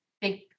big